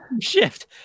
shift